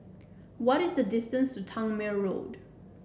what is the distance to Tangmere Road